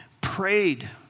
prayed